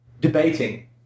debating